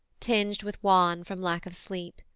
tinged with wan from lack of sleep,